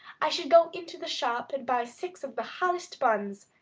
i should go into the shop and buy six of the hottest buns,